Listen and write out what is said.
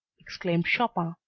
exclaimed chopin.